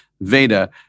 Veda